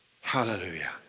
Hallelujah